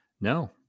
No